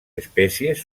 espècies